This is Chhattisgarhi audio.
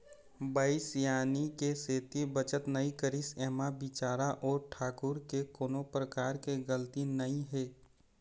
बाई सियानी के सेती बचत नइ करिस ऐमा बिचारा ओ ठाकूर के कोनो परकार के गलती नइ हे